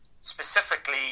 specifically